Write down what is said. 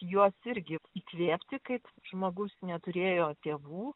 juos irgi įkvėpti kaip žmogus neturėjo tėvų